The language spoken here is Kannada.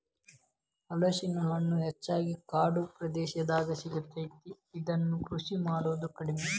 ಹಲಸಿನ ಹಣ್ಣು ಹೆಚ್ಚಾಗಿ ಕಾಡ ಪ್ರದೇಶದಾಗ ಸಿಗತೈತಿ, ಇದ್ನಾ ಕೃಷಿ ಮಾಡುದ ಕಡಿಮಿ